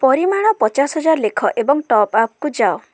ପରିମାଣ ପଚାଶ ହଜାର ଲେଖ ଏବଂ ଟପ ଆପକୁ ଯାଅ